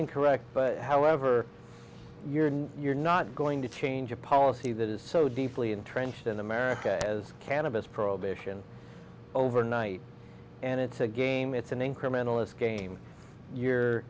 incorrect but however you're you're not going to change a policy that is so deeply entrenched in america as cannabis prohibition overnight and it's a game it's an incrementalist game you're